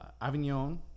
Avignon